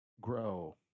grow